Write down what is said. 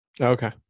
Okay